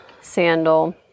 sandal